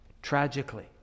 Tragically